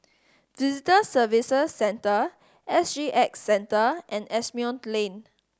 Visitor Services Centre S G X Centre and Asimont Lane